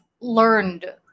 learned